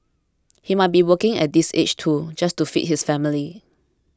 he might be working at this age too just to feed his family